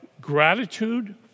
gratitude